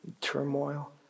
turmoil